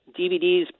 DVDs